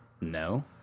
no